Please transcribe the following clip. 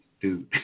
dude